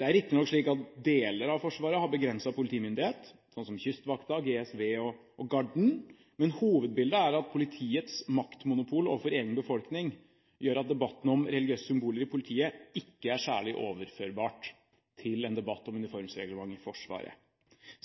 Det er riktignok slik at deler av Forsvaret har begrenset politimyndighet, slik som Kystvakten, GSV og Garden, men hovedbildet er at politiets maktmonopol overfor egen befolkning gjør at debatten om religiøse symboler i politiet ikke er særlig overførbar til en debatt om uniformsreglement i Forsvaret –